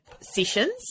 sessions